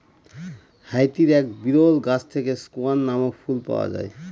হাইতির এক বিরল গাছ থেকে স্কোয়ান নামক ফুল পাওয়া যায়